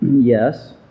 Yes